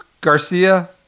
Garcia